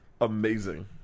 Amazing